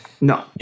No